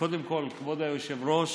קודם כול, כבוד היושב-ראש,